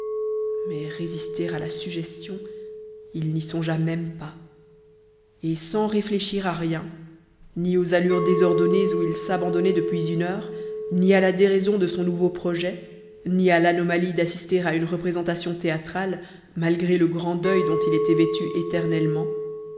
mais résister à la suggestion il n'y songea même pas et sans réfléchir à rien ni aux allures désordonnées où il s'abandonnait depuis une heure ni à la déraison de son nouveau projet ni à l'anomalie d'assister à une représentation théâtrale malgré le grand deuil dont il était vêtu éternellement